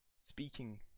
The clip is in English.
Speaking